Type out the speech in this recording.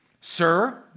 Sir